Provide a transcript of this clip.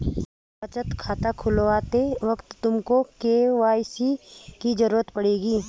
बचत खाता खुलवाते वक्त तुमको के.वाई.सी की ज़रूरत पड़ेगी